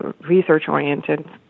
research-oriented